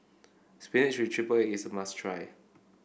spinach with triple egg is a must try